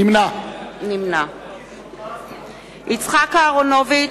נמנע יצחק אהרונוביץ,